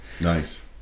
Nice